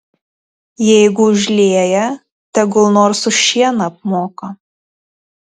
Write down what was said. jeigu užlieja tegul nors už šieną apmoka